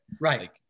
Right